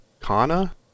Kana